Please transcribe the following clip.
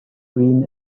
green